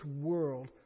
world